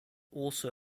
also